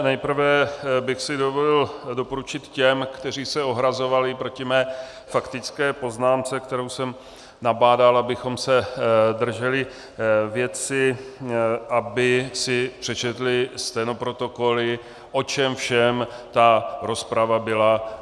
Nejprve bych si dovolil doporučit těm, kteří se ohrazovali proti mé faktické poznámce, kterou jsem nabádal, abychom se drželi věci, aby si přečetli stenoprotokoly, o čem všem ta rozprava byla.